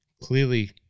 clearly